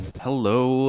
Hello